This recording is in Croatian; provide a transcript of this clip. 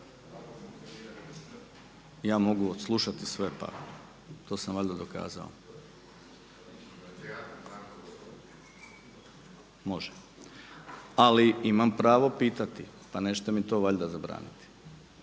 Ja mogu odslušati sve pa, to sam valjda dokazao. …/Upadica se ne čuje./… Može. Ali imam pravo pitati. Pa nećete mi to valjda zabraniti?